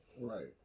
Right